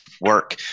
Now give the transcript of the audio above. work